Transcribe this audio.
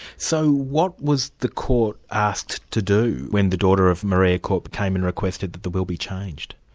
so what was the court asked to do when the daughter of maria korp came and requested that the will be changed?